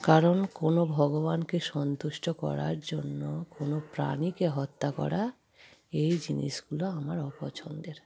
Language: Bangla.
কারণ কোনো ভগবানকে সন্তুষ্ট করার জন্য কোনো প্রাণীকে হত্যা করা এই জিনিসগুলো আমার অপছন্দের